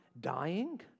dying